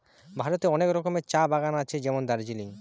ভারতে অনেক রকমের চা বাগান আছে যেমন দার্জিলিং